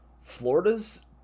Florida's